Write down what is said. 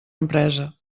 empresa